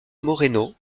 moreno